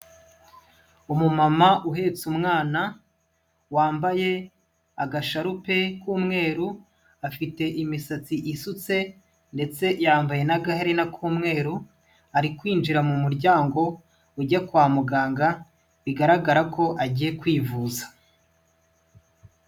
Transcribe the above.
Umumama uhetse umwana wambaye agasharupe k'umweru, afite imisatsi isutse ndetse yambaye n'agaherena k'umweru ari kwinjira mu muryango ujya kwa muganga bigaragara ko agiye kwivuza.